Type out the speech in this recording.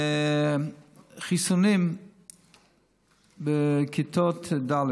חיסונים בכיתות ד'